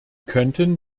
könnten